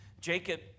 Jacob